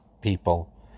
people